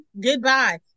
goodbye